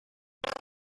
common